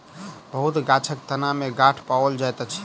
बहुत गाछक तना में गांठ पाओल जाइत अछि